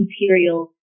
imperial